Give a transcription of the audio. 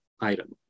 item